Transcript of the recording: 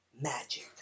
magic